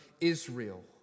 Israel